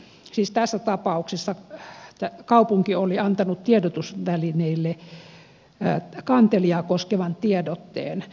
siis tässä tapauksessa kaupunki oli antanut tiedotusvälineille kantelijaa koskevan tiedotteen